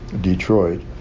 Detroit